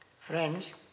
friends